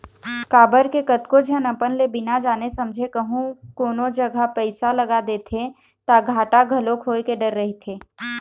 काबर के कतको झन अपन ले बिना जाने समझे कहूँ कोनो जघा पइसा लगा देथे ता घाटा घलोक होय के डर रहिथे